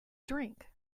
drink